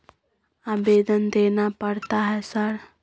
आवेदन देना पड़ता है सर?